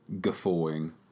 guffawing